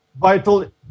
vital